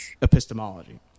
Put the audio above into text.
epistemology